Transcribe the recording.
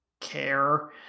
care